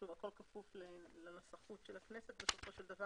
זה כפוף לנסחות הכנסת בסופו של דבר